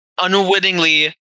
unwittingly